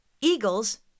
eagles